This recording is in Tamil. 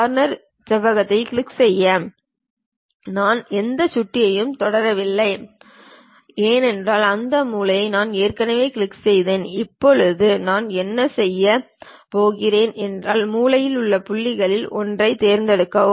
கார்னர் செவ்வகத்தைக் கிளிக் செய்க நான் எந்த சுட்டியையும் தொடவில்லை ஏனென்றால் அந்த மூலையை நான் ஏற்கனவே கிளிக் செய்தேன் இப்போது நாம் என்ன செய்யப் போகிறோம் மூலையில் உள்ள புள்ளிகளில் ஒன்றைத் தேர்ந்தெடுக்கவும்